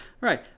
Right